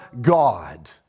God